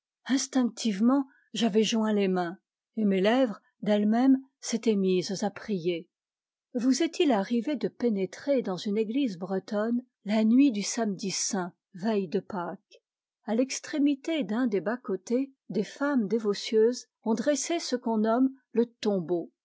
instinctivement j'avais joint les mains et mes lèvres d'elles mêmes s étaient mises à prier vous est-il arrivé de pénétrer dans une église bretonne la nuit du samedi saint veille de pâques a l'extrémité d'un des bas-côtés des femmes dévotieuses ont dressé ce qu'on nomme le tombeau